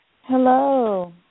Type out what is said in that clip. Hello